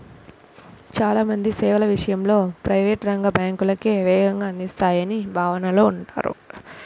చాలా మంది సేవల విషయంలో ప్రైవేట్ రంగ బ్యాంకులే వేగంగా అందిస్తాయనే భావనలో ఉంటారు